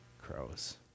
crows